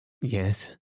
Yes